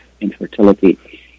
infertility